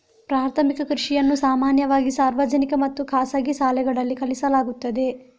ಪ್ರಾಥಮಿಕ ಕೃಷಿಯನ್ನು ಸಾಮಾನ್ಯವಾಗಿ ಸಾರ್ವಜನಿಕ ಮತ್ತು ಖಾಸಗಿ ಶಾಲೆಗಳಲ್ಲಿ ಕಲಿಸಲಾಗುತ್ತದೆ